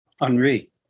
Henri